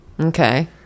Okay